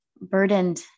burdened